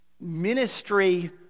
ministry